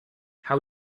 how